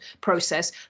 process